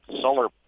solar